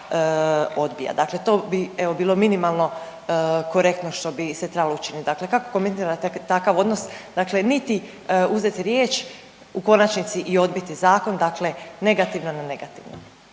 dakle to bi evo bilo minimalno korektno što bi se trebalo učinit, dakle kako komentirate takav odnos dakle niti uzeti riječ, u konačnici i odbiti zakon, dakle negativno na negativno.